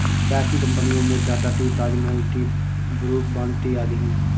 चाय की कंपनियों में Tata tea, Taj Mahal tea, Brooke Bond tea आदि है